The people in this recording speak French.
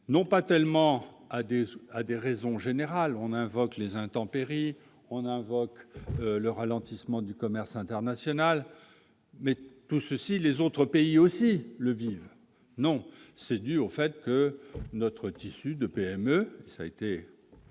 non pas tellement à des ou à des raisons générales, on invoque les intempéries, on a invoque le ralentissement du commerce international, mais tout ceci, les autres pays aussi le vivent non c'est dû au fait que notre tissu de PME, ça a été